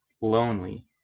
lonely